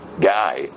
Guy